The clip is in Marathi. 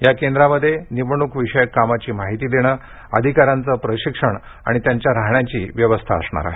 या केंद्रामध्ये निवडणूक विषयक कामाची माहिती देणं अधिकाऱ्यांचं प्रशिक्षण त्यांच्या राहण्याची व्यवस्था असणार आहे